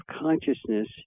consciousness